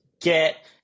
get